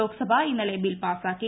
ലോക്സഭ ഇന്നലെ ബിൽ പാസ്സാക്കി